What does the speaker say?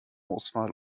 auswahl